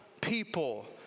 people